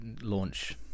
launch